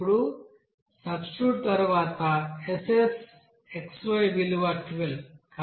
ఇప్పుడు సబ్స్టిట్యూట్ తర్వాత SSxy విలువ 12